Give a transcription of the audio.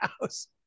house